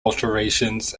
alterations